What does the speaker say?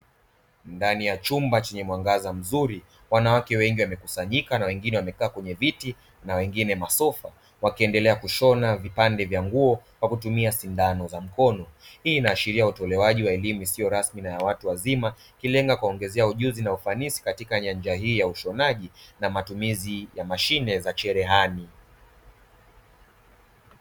Ndani ya chumba chenye mwangaza mzuri wanawake wengi wamekusanyika na wengine wamekaa kwenye viti na wengine masofa, wakiendelea kushona vipande vya nguo kwa kutumia sindano za mkono. Hii inaashiria utolewaji wa elimu isiyo rasmi na ya watu wazima ikilenga kuwaongezea ujuzi na ufanisi, katika nyanja hii ya ushonaji na matumizi ya mashine za cherehani.